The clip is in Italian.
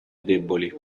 deboli